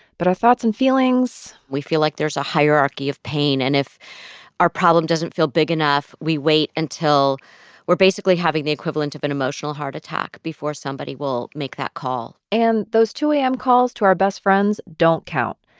but our thoughts and feelings. we feel like there's a hierarchy of pain. and if our problem doesn't feel big enough, we wait until we're basically having the equivalent of an emotional heart attack before somebody will make that call and those two a m. calls to our best friends don't count.